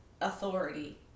authority